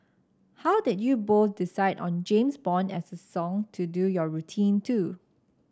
how did you both decide on James Bond as a song to do your routine to